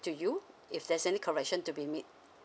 to you if there's any connection to be meet